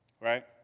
Right